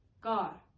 God